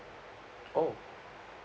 oh